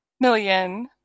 million